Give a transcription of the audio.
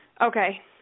Okay